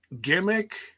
gimmick